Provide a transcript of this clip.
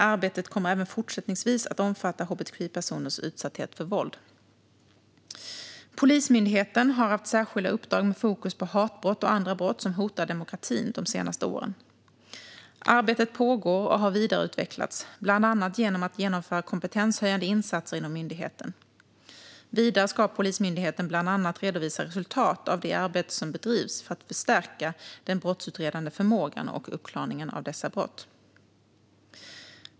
Arbetet kommer även fortsättningsvis att omfatta hbtqi-personers utsatthet för våld. Polismyndigheten har haft särskilda uppdrag med fokus på hatbrott och andra brott som hotar demokratin de senaste åren. Arbetet pågår och har vidareutvecklats, bland annat genom att man genomför kompetenshöjande insatser inom myndigheten. Vidare ska Polismyndigheten bland annat redovisa resultat av det arbete som bedrivs för att förstärka den brottsutredande förmågan och uppklaringen av dessa brott.